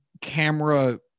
camera